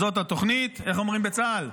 זאת התוכנית, איך אומרים בצה"ל?